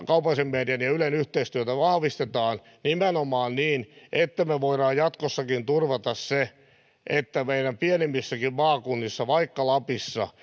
kaupallisen median ja ylen yhteistyötä vahvistetaan nimenomaan niin että me voimme jatkossakin turvata sen että meidän pienemmissäkin maakunnissa vaikka lapissa